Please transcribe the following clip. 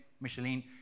Micheline